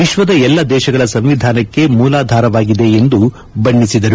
ವಿಶ್ವದ ಎಲ್ಲಾ ದೇಶಗಳ ಸಂವಿಧಾನಕ್ಕೆ ಮೂಲಾಧಾರವಾಗಿದೆ ಎಂದು ಬಣ್ಣಿಸಿದರು